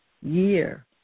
year